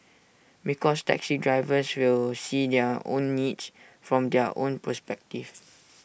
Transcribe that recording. because taxi drivers will see their own needs from their own perspective